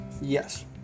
Yes